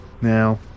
now